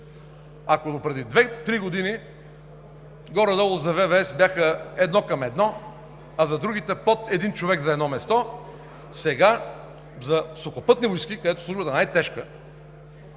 Ако допреди 2 – 3 години горе-долу за ВВС бяха едно към едно, а за другите под един човек за едно място, сега за Сухопътни войски, където службата е най-тежка